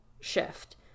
shift